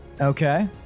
Okay